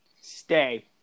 stay